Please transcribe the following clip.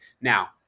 Now